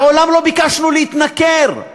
מעולם לא ביקשנו להתנכר.